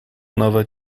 nowe